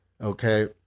Okay